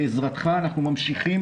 ובעזרתך אנחנו ממשיכים,